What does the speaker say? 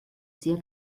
sehr